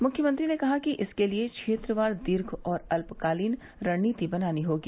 मुख्यमंत्री ने कहा कि इसके लिए क्षेत्रवार दीर्घ और अल्पकालीन रणनीति बनानी होगी